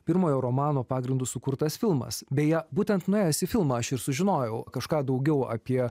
pirmojo romano pagrindu sukurtas filmas beje būtent nuėjęs į filmą aš ir sužinojau kažką daugiau apie